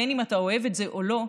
בין שאתה אוהב את זה ובין שלא,